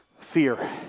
Fear